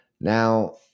Now